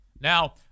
Now